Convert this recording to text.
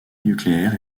nucléaire